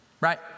right